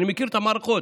אני מכיר את המערכות,